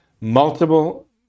multiple